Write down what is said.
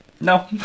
No